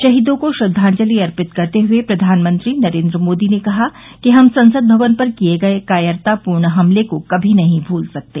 शहीदो को श्रद्वाजलि अर्पित करते हुए प्रधानमंत्री नरेंद्र मोदी ने कहा कि हम संसद भवन पर किए गए कायरतापूर्ण हमले को कमी नहीं भूल सकते